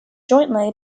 jointly